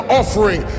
offering